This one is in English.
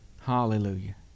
Hallelujah